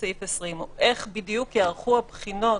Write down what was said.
סעיף 20. איך בדיוק ייערכו הבחינות?